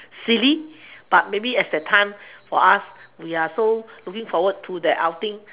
silly but maybe at that time for us we are so looking forward to the outing